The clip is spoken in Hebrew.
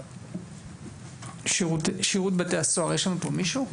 שירות בתי הסוהר, בבקשה.